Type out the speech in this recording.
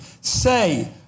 say